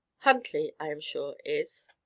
huntley, i am sure, is.